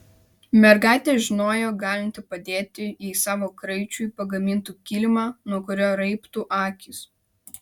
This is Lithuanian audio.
mergaitė žinojo galinti padėti jei savo kraičiui pagamintų kilimą nuo kurio raibtų akys